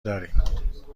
داریم